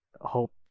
hope